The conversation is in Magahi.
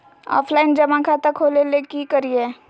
ऑफलाइन जमा खाता खोले ले की करिए?